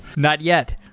not yet.